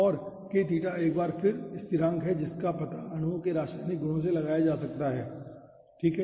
और k theta एक बार फिर स्थिरांक है जिसका पता अणुओं के रासायनिक गुणों से लगाया जा सकता है ठीक है